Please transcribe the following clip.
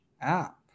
app